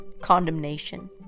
condemnation